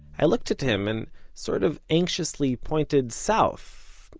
i looked at him, and sort of anxiously pointed south,